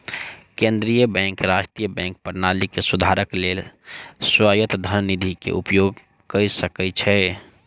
केंद्रीय बैंक राष्ट्रीय बैंक प्रणाली के सुधारक लेल स्वायत्त धन निधि के उपयोग कय सकै छै